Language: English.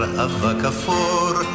avakafor